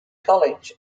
college